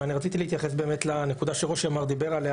רציתי להתייחס לנקודה שראש הימ"ר דיבר עליה